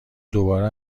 دوباره